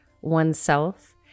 oneself